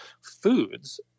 foods